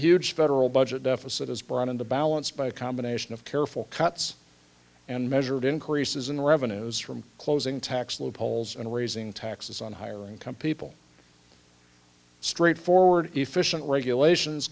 huge federal budget deficit is brought into balance by a combination of careful cuts and measured increases in revenues from closing tax loopholes and raising taxes on higher income people straightforward efficient regulations